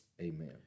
Amen